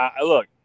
look